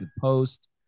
post